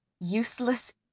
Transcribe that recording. useless